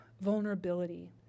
vulnerability